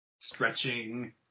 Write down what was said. Stretching